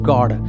God